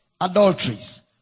adulteries